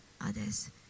others